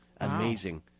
Amazing